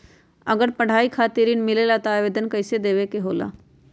अगर पढ़ाई खातीर ऋण मिले ला त आवेदन कईसे देवे के होला?